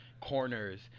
corners